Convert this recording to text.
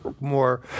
more